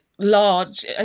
large